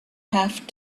have